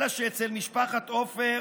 אלא שאצל משפחת עופר